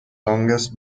longest